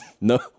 no